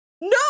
No